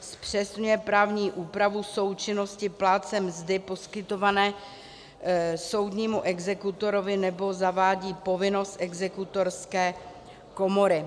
Zpřesňuje právní úpravu součinnosti plátce mzdy poskytované soudnímu exekutorovi nebo zavádí povinnost Exekutorské komory.